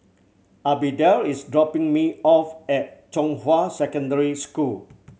Abdiel is dropping me off at Zhonghua Secondary School